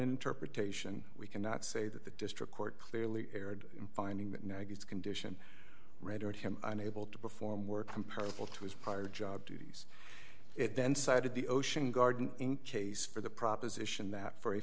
interpretation we cannot say that the district court clearly erred in finding that negative condition rendered him unable to perform work comparable to his prior job duties it then cited the ocean garden in case for the proposition that